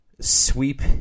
sweep